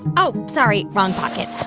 oh, sorry. wrong pocket.